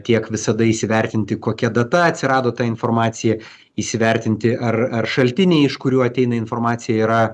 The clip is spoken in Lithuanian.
tiek visada įsivertinti kokia data atsirado ta informacija įsivertinti ar ar šaltiniai iš kurių ateina informacija yra